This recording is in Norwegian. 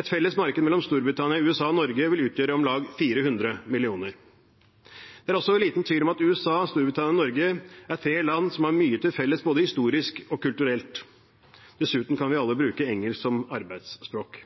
Et felles marked mellom Storbritannia, USA og Norge vil utgjøre om lag 400 millioner mennesker. Det er også liten tvil om at USA, Storbritannia og Norge er tre land som har mye til felles både historisk og kulturelt. Dessuten kan vi alle bruke engelsk som arbeidsspråk.